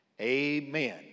Amen